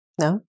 No